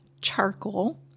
Charcoal